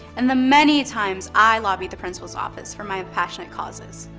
and the many times i lobbied the principal's office for my passionate causes.